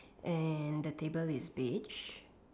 and the table is beige